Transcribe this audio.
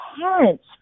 parents